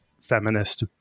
feminist